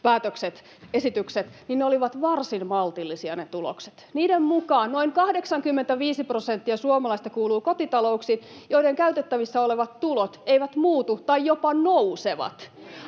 liittyvät esitykset, ne tulokset olivat varsin maltillisia. Niiden mukaan noin 85 prosenttia suomalaisista kuuluu kotitalouksiin, joiden käytettävissä olevat tulot eivät muutu tai jopa nousevat.